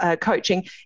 coaching